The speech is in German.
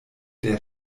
der